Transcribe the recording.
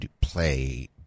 play